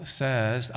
says